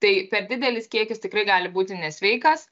tai per didelis kiekis tikrai gali būti nesveikas